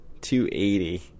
280